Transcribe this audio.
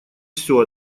всё